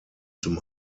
zum